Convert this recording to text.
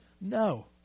no